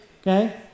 okay